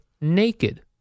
naked